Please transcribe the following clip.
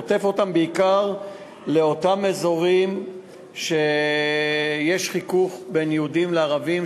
הוא עוטף אותה בעיקר באותם אזורים שיש בהם חיכוך בין יהודים לערבים,